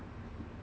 ya like